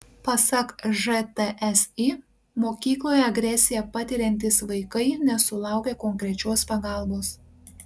pasak žtsi mokykloje agresiją patiriantys vaikai nesulaukia konkrečios pagalbos